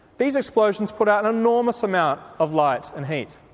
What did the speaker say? these explosions put out an enormous amount of light and heat.